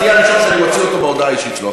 אתה תהיה הראשון שאני מוציא אותו בהודעה האישית שלו,